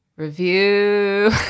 Review